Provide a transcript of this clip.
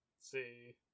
See